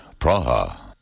Praha